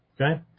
Okay